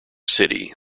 city